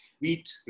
Wheat